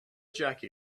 jackie